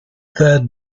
the